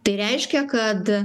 tai reiškia kad